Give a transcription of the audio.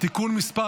(תיקון מס'